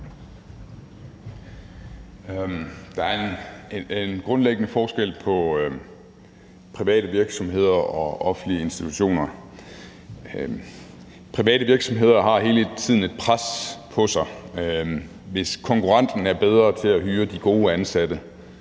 Der er en grundlæggende forskel på private virksomheder og offentlige institutioner. Private virksomheder har hele tiden et pres på sig. Hvis konkurrenten er bedre til at hyre de gode ansatte,